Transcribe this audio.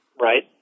Right